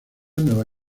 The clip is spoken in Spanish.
nueva